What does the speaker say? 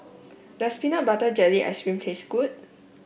does Peanut Butter Jelly Ice cream taste good